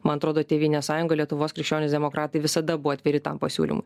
man atrodo tėvynės sąjunga lietuvos krikščionys demokratai visada buvo atviri tam pasiūlymui